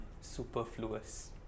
superfluous